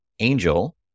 Angel